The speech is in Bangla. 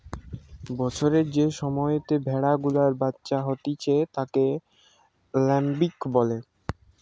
বছরের যে সময়তে ভেড়া গুলার বাচ্চা হতিছে তাকে ল্যাম্বিং বলে